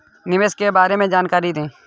निवेश के बारे में जानकारी दें?